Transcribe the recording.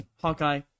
Hawkeye